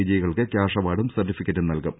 വിജയികൾക്ക് കൃാഷ് അവാർഡും സർട്ടിഫിക്കറ്റും നൽകും